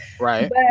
Right